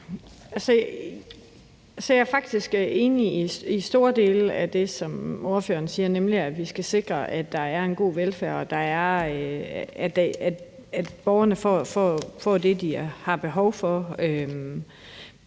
dele af det, som ordføreren siger, nemlig at vi skal sikre, at der er en god velfærd, at borgerne får det, de har behov for.